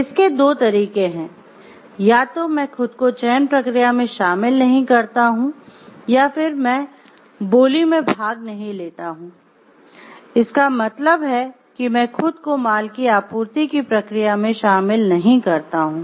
इसके दो तरीके हैं या तो मैं खुद को चयन प्रक्रिया में शामिल नहीं करता हूं या फिर मैं बोली में भाग नहीं लेता हूं इसका मतलब है कि मैं खुद को माल की आपूर्ति की प्रक्रिया में शामिल नहीं करता हूं